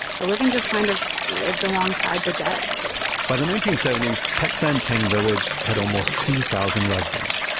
the living just kind of lived alongside the dead by the nineteen seventy s, peck san theng village had almost two thousand residents.